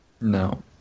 No